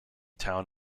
town